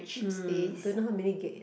hmm don't know how may gig eh